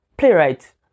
Playwright